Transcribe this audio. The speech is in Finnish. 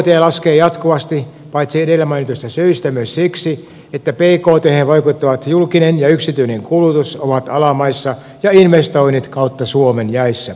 bkt laskee jatkuvasti paitsi edellä mainituista syistä myös siksi että bkthen vaikuttavat julkinen ja yksityinen kulutus ovat alamaissa ja investoinnit kautta suomen jäissä